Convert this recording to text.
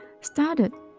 started